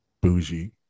bougie